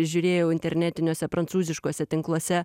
žiūrėjau internetiniuose prancūziškuose tinkluose